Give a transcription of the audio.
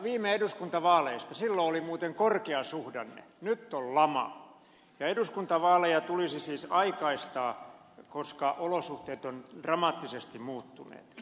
viime eduskuntavaaleissa oli muuten korkeasuhdanne nyt on lama ja eduskuntavaaleja tulisi siis aikaistaa koska olosuhteet ovat dramaattisesti muuttuneet